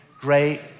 great